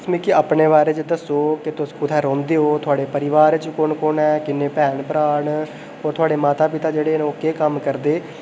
तुस मिगी अपने बारे च दस्सो के तुस कुत्थै रौंह्दे ओ थुआड़े परोबार च कु'न कु'न ऐ किन्ने भैन भ्राऽ न होर थुआढ़े माता पिता न ओह् केह् कम्म करदे